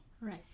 Right